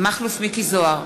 מכלוף מיקי זוהר,